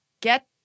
Get